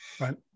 right